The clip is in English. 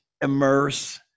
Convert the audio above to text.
immerse